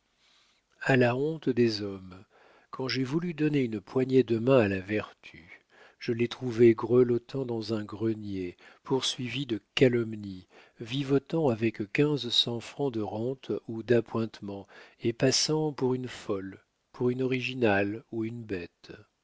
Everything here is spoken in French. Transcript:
a la honte des hommes quand j'ai voulu donner une poignée de main à la vertu je l'ai trouvée grelottant dans un grenier poursuivie de calomnies vivotant avec quinze cents francs de rente ou d'appointements et passant pour une folle pour une originale ou une bête